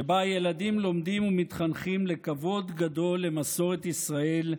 שבה הילדים לומדים ומתחנכים לכבוד גדול למסורת ישראל,